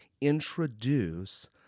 introduce